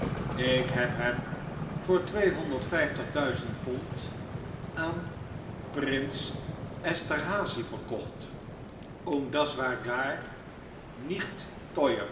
ik heb hem voor tweehonderd vijftig duizend pond aan prins esterhazy verkocht und das war